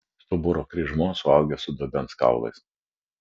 stuburo kryžmuo suaugęs su dubens kaulais